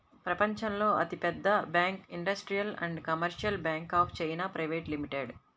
ప్రపంచంలో అతిపెద్ద bank industrial and commercial bank of China private limited